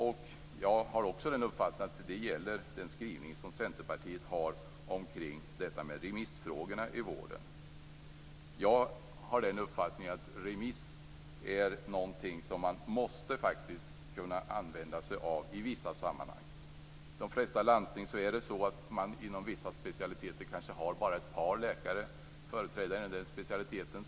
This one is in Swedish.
Detta gäller också den skrivning som centerpartiet har om frågorna kring detta med remisser i vården. Jag har uppfattningen att remiss är någonting som man måste kunna använda sig av i vissa sammanhang. I de flesta landsting har man inom vissa specialiteter kanske bara ett par läkare.